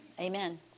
Amen